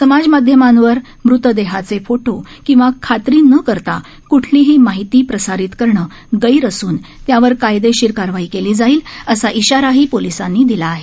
समाज माध्यमांवर मृतदेहाचे फोटो किंवा खात्री न करता क्ठलीही माहिती प्रसारित करणं गैर असून त्यावर कायदेशीर कारवाई केली जाईल असा इशाराही पोलिसांनी दिला आहे